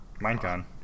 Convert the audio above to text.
Minecon